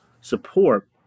support